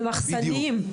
זה מחסנים.